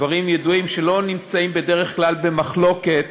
שלא נמצאים בדרך כלל במחלוקת